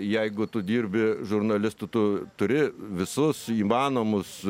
jeigu tu dirbi žurnalistu tu turi visus įmanomus